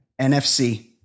NFC